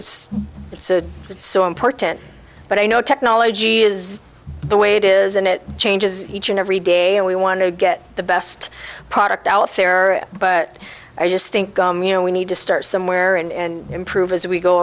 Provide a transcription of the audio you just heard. it's it's a it's so important but i know technology is the way it is and it changes each and every day and we want to get the best product out fairer but i just think you know we need to start somewhere and improve as we go